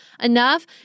enough